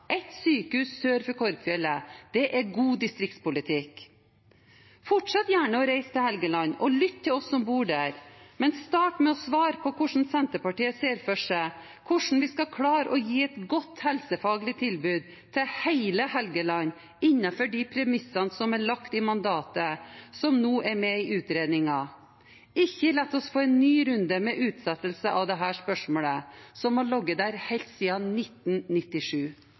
Ett sykehus sør for Korgfjellet er god distriktspolitikk. Fortsett gjerne med å reise til Helgeland, og lytt til oss som bor der, men start med å svare på hvordan Senterpartiet ser for seg at vi skal klare å gi et godt helsefaglig tilbud til hele Helgeland innenfor premissene som er lagt i mandatet som nå er med i utredningen. Ikke la oss få en ny runde med utsettelser av dette spørsmålet, som har ligget der helt siden 1997.